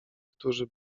którzy